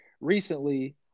recently